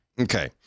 Okay